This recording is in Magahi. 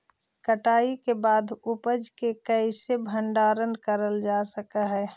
कटाई के बाद उपज के कईसे भंडारण करल जा सक हई?